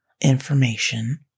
information